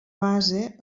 base